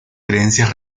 creencias